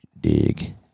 dig